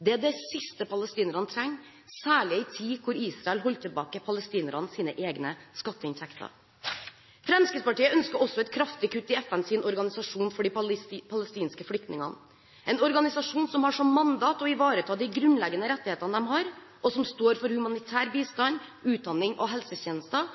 Det er det siste palestinerne trenger, særlig i en tid da Israel holder tilbake palestinernes egne skatteinntekter. Fremskrittspartiet ønsker også et kraftig kutt i FNs organisasjon for de palestinske flyktningene, en organisasjon som har som mandat å ivareta de grunnleggende rettighetene de har, og som står for humanitær bistand, utdanning og helsetjenester,